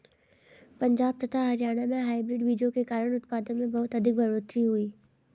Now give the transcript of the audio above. पंजाब तथा हरियाणा में हाइब्रिड बीजों के कारण उत्पादन में बहुत अधिक बढ़ोतरी हुई